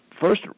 first